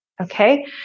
Okay